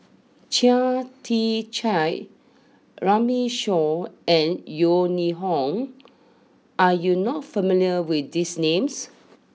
Chia Tee Chiak Runme Shaw and Yeo Ning Hong are you not familiar with these names